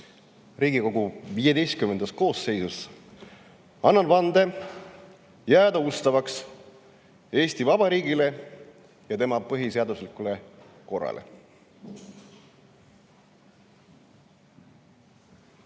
Riigikogu XV koosseisus, annan vande jääda ustavaks Eesti Vabariigile ja tema põhiseaduslikule korrale.